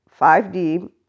5D